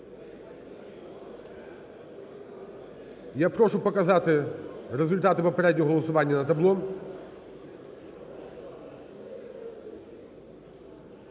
Я прошу показати результати попереднього голосування на табло.